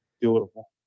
Beautiful